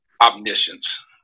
omniscience